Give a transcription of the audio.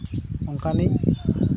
ᱚᱱᱠᱟᱱᱤᱡ